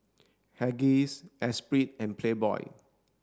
Huggies Esprit and Playboy